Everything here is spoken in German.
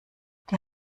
die